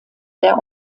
der